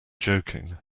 joking